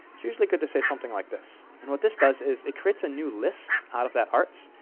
it's usually good to say something like this and what this does is it creates a new list out of that arts.